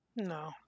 No